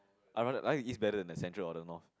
I rather like east better than in central or the north